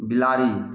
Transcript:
बिलाड़ि